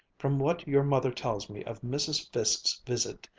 from what your mother tells me of mrs. fiske's visit,